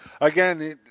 again